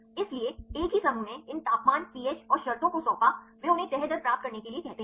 इसलिए एक ही समूह ने इन तापमान पीएच और शर्तों को सौंपा वे उन्हें तह दर प्राप्त करने के लिए कहते हैं